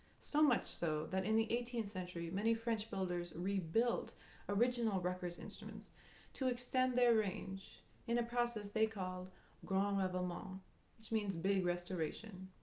so much so that in the eighteenth century many french builders rebuilt original rucker instruments to extend their range in a process they called grand ravalement, um um which means big restoration.